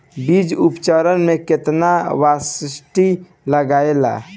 बीज उपचार में केतना बावस्टीन लागेला?